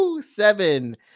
Seven